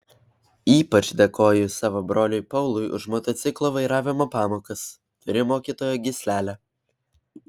ypač dėkoju savo broliui paului už motociklo vairavimo pamokas turi mokytojo gyslelę